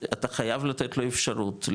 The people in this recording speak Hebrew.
אתה חייב לתת לו אפשרות,